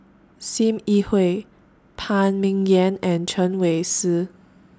SIM Yi Hui Phan Ming Yen and Chen Wen Hsi